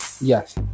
Yes